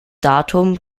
datum